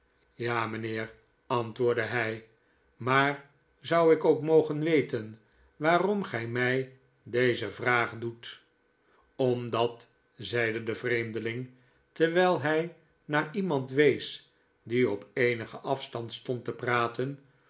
ja mijnheer antwoordde hij maar zou ik ook mogen weten waarom gij mij deze vraag doet omdat zeide de vreemdeling terwijl hij naar iemand wees die op eenigen afstand stond te praten